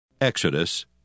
Exodus